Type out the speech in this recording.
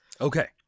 Okay